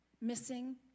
missing